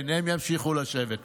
כן, הם ימשיכו לשבת פה.